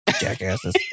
Jackasses